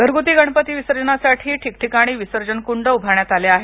घरगुती गणपती विसर्जनासाठी ठिकठिकाणी विसर्जन कुंड उभारण्यात आले आहेत